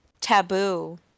taboo